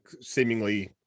seemingly